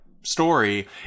story